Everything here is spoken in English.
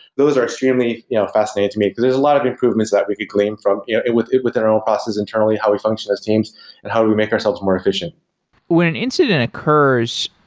those are extremely you know fascinating to me, because there's a lot of improvements that we could claim from yeah within within our own process internally, how we functions as teams and how do we make ourselves more efficient when an incident occurs,